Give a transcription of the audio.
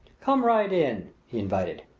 come right in! he invited.